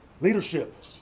Leadership